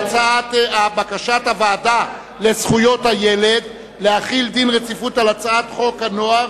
בקשת הוועדה לזכויות הילד להחיל דין רציפות על הצעת חוק הנוער